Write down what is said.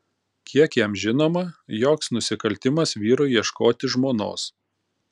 kiek jam žinoma joks nusikaltimas vyrui ieškoti žmonos